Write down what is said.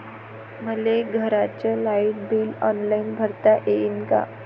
मले घरचं light bill online भरता येईन का?